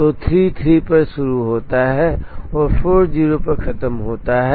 तो 33 पर शुरू होता है और 40 पर खत्म होता है